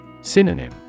Synonym